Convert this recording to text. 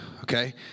Okay